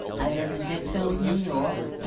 i live in dix hill, new york.